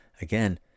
again